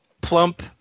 plump